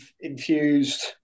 infused